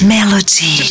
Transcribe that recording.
Melody